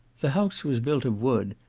the house was built of wood,